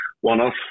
one-off